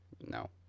No